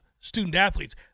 student-athletes